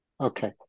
Okay